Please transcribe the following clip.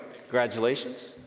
Congratulations